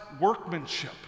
workmanship